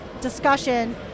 discussion